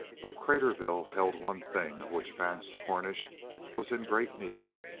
but craterville held one thing of which vance cornish was in great need,